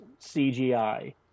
CGI